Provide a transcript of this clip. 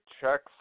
checks